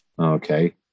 Okay